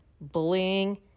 Bullying